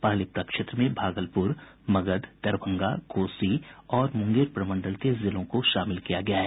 पहले प्रक्षेत्र में भागलपुर मगध दरभंगा कोसी और मुंगेर प्रमंडल के जिलों को शामिल किया गया है